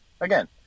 Again